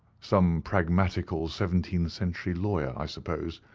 some pragmatical seventeenth century lawyer, i suppose.